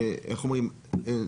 איך אומרים,